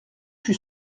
fut